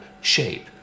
shape